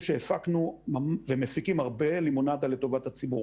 שהפקנו ומפיקים הרבה לימונדה לטובת הציבור.